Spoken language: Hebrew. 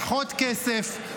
פחות כסף,